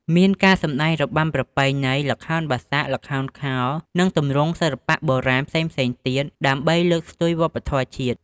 មានការសម្តែងរបាំប្រពៃណីខ្មែរ ល្ខោនបាសាក់ ល្ខោនខោល និងទម្រង់សិល្បៈបុរាណផ្សេងៗទៀត ដើម្បីលើកស្ទួយវប្បធម៌ជាតិ។